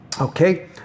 Okay